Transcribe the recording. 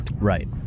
Right